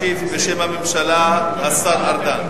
משיב בשם הממשלה השר ארדן.